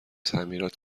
تعمیرات